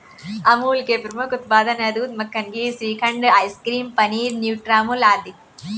अमूल के प्रमुख उत्पाद हैं दूध, मक्खन, घी, श्रीखंड, आइसक्रीम, पनीर, न्यूट्रामुल आदि